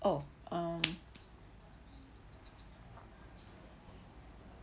oh um